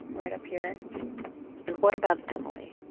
right up here and what about emily?